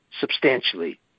substantially